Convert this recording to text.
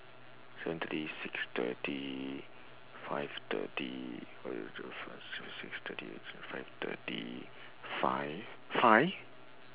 seven thirty six thirty five thirty six six thirty five thirty five five